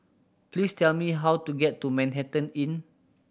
please tell me how to get to Manhattan Inn